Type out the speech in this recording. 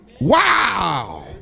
Wow